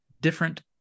different